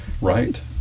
right